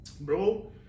Bro